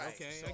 Okay